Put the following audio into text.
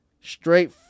straight